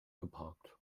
geparkt